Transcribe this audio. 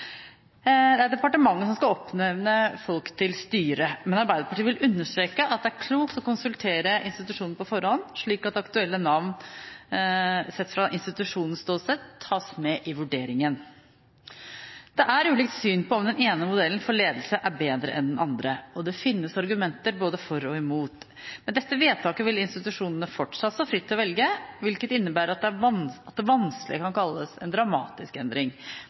det. Det er departementet som skal oppnevne folk til styret, men Arbeiderpartiet vil understreke at det er klokt å konsultere institusjonen på forhånd, slik at aktuelle navn sett fra institusjonens ståsted tas med i vurderingen. Det er ulikt syn på om den ene modellen for ledelse er bedre enn den andre, og det finnes argumenter både for og imot. Med dette vedtaket vil institusjonene fortsatt stå fritt til å velge, hvilket innebærer at det vanskelig kan kalles en dramatisk endring.